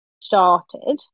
started